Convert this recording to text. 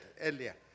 earlier